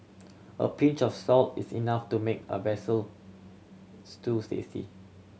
a pinch of salt is enough to make a stew tasty